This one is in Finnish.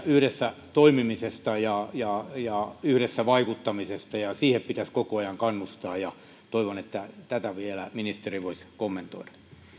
yhdessä toimimisesta ja ja yhdessä vaikuttamisesta ja ja siihen pitäisi koko ajan kannustaa toivon että tätä vielä ministeri voisi kommentoida